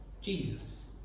Jesus